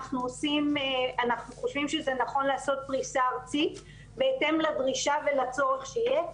אנחנו חושבים שנכון לעשות פריסה ארצית בהתאם לדרישה ולצורך שיהיה.